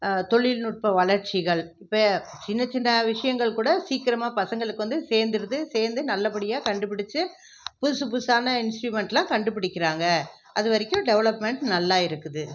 தொழில்நுட்பம் வளர்ச்சிகள் இப்போ சின்ன சின்ன விஷயங்கள் கூட சீக்கிரமாக பசங்களுக்கு வந்து சேர்ந்துருது சேர்ந்து நல்லபடியாக கண்டுபிடிச்சி புதுசு புதுசான இன்ஸ்ட்ருமெண்ட்லாம் கண்டுபிடிக்கிறாங்க அது வரைக்கும் டெவலப்மெண்ட் நல்லா இருக்குது